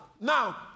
now